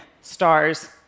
stars